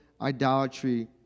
idolatry